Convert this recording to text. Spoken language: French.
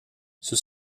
sous